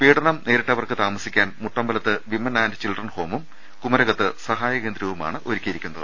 പീഡനം നേരിടുന്നവർക്ക് താമസി ക്കാൻ മുട്ടമ്പലത്ത് വിമൻ ആന്റ് ചിൽഡ്രൻ ഹോമും കുമരകത്ത് സഹായ കേന്ദ്രവുമാണ് ഒരുക്കിയിരിക്കുന്നത്